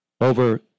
over